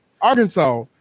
Arkansas